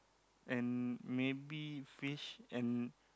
and maybe fish and